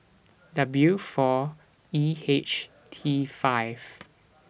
W four E H T five